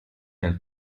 nel